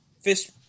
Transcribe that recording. fish